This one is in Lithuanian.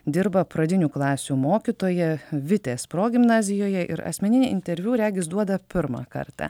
dirba pradinių klasių mokytoja vitės progimnazijoje ir asmeninį interviu regis duoda pirmą kartą